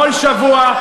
כל שבוע,